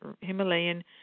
Himalayan